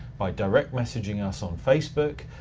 by direct messaging us on facebook,